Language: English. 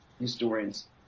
historians